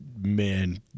Man